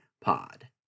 pod